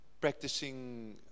practicing